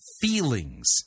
feelings